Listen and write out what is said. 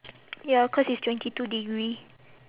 ya cause it's twenty two degree